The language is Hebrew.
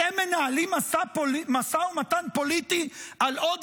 אתם מנהלים משא ומתן פוליטי על עוד